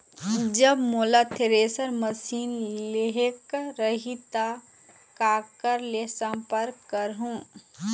जब मोला thresher machine लेहेक रही ता काकर ले संपर्क करों?